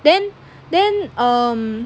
then then um